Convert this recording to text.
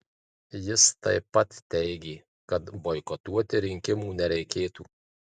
jis taip pat teigė kad boikotuoti rinkimų nereikėtų